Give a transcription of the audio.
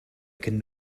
can